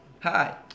Hi